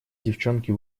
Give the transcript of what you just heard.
девчонки